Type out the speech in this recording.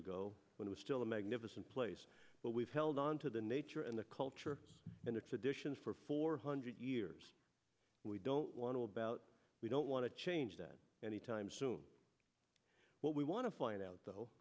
ago when was still a magnificent place but we've held on to the nature and the culture and a tradition for four hundred years we don't want to about we don't want to change that anytime soon what we want to find out though